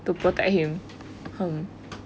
to protect him hmm